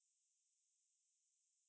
in mexico and then